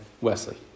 Wesley